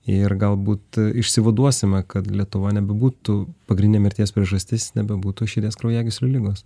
ir galbūt išsivaduosime kad lietuva nebebūtų pagrindinė mirties priežastis nebebūtų širdies kraujagyslių ligos